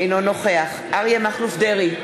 אינו נוכח אריה מכלוף דרעי,